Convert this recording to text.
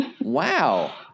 Wow